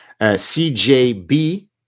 CJB